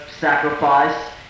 sacrifice